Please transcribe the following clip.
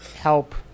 Help